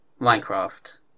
Minecraft